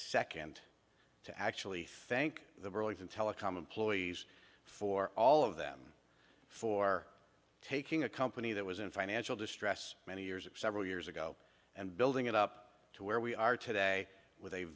second to actually thank the burlington telecom employees for all of them for taking a company that was in financial distress many years of several years ago and building it up to where we are today w